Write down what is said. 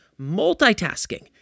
Multitasking